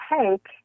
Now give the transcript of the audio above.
take